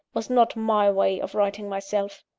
was not my way of righting myself.